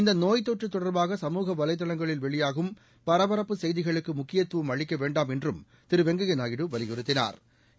இந்த நோய் தொற்று தொடர்பாக சமூக வலைதளங்களில் வெளியாகும் பரபரப்பு செய்திகளுக்கு முக்கியத்துவம் அளிக்க வேண்டாம் என்றும் திரு வெங்கையா நாயுடு வலியுறுத்தினாா்